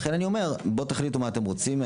ולכן, אני אומר בואו תחליטו מה אתם רוצים.